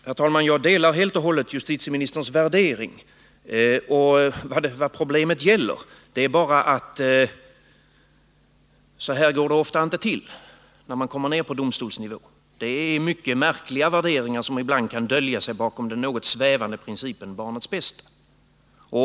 Herr talman! Jag delar helt och hållet justitieministerns värdering. Vad problemet gäller är bara att det ofta inte går till så här när man kommer ner på domstolsnivå. Det är mycket märkliga värderingar som ibland kan dölja sig bakom den något svävande principen ”barnets bästa”.